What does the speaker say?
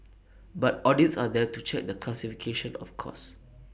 but audits are there to check the classification of costs